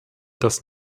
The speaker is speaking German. das